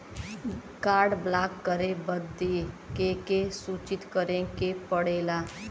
Card block करे बदी के के सूचित करें के पड़ेला?